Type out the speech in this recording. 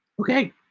Okay